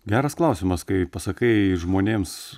geras klausimas kai pasakai žmonėms